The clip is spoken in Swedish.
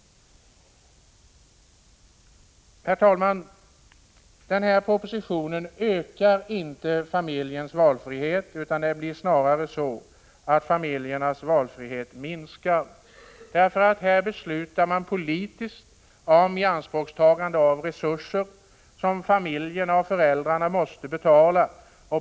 Herr talman! Det som föreslås i propositionen ökar inte familjens valfrihet, utan den kommer snarare att minskas. Det är här fråga om att politiskt besluta om ianspråktagande av resurser som familjerna och föräldrarna måste betala.